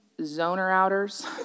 zoner-outers